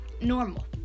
normal